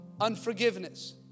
Unforgiveness